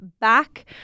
back